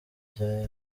rya